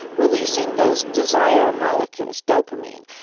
releasing those desire molecules, dopamine,